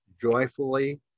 joyfully